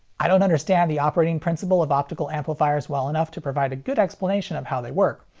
i don't understand the operating principle of optical amplifiers well enough to provide a good explanation of how they work,